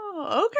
okay